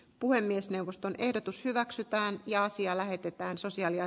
puhemiesneuvoston ehdotus hyväksytään ja asia lähetetään sosiaali ja